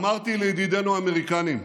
אמרתי לידידינו האמריקנים: